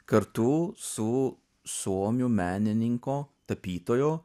kartu su suomių menininko tapytojo